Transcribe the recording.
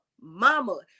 mama